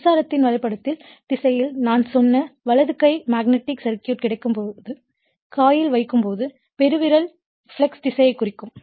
மின்சாரத்தின் வரைபடத்தின் திசையில் நான் சொன்ன வலது கை மேக்னெட்டிக் சர்க்யூட்க்கு கிடைக்கும் காயில் வைக்கும்போது பெருவிரல் ஃப்ளக்ஸ் திசையை குறிக்கும்